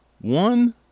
One